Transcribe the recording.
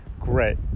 Great